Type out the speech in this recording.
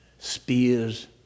Spears